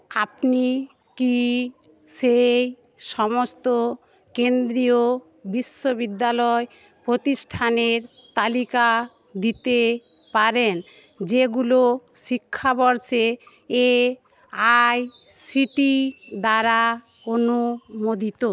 আপনি কি সেই সমস্ত কেন্দ্রীয় বিশ্ববিদ্যালয় প্রতিষ্ঠানের তালিকা দিতে পারেন যেগুলো শিক্ষাবর্ষে এআইসিটিই দ্বারা অনুমোদিত